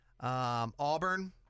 Auburn